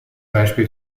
beispiel